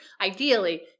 Ideally